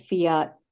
Fiat